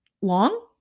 long